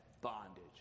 bondage